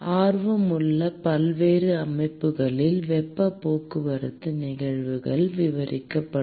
ஆர்வமுள்ள பல்வேறு அமைப்புகளில் வெப்பப் போக்குவரத்து நிகழ்வுகள் விவரிக்கப்படும்